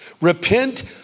repent